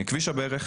על ערך הפארק